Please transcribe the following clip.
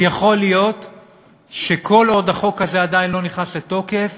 כי יכול להיות שכל עוד החוק הזה לא נכנס לתוקף,